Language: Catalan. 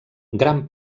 gran